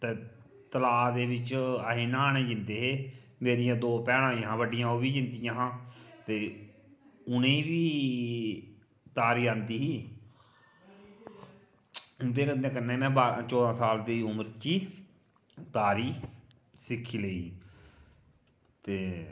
ते तलाऽ दे बिच अही न्हानै ई जंदे हे मेरियां दो भैनां हियां बड्डियां ओह् बी जंदियां आं ते उ'नें बी तारी आंदी ही उंदे कन्नै कन्नै में बारां चौदहां साल दी उमर च ई तारी सिक्खी लेई ही ते